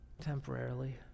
temporarily